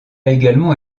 également